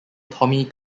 tommy